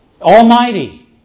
Almighty